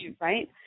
right